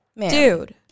Dude